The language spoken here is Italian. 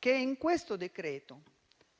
che in questo decreto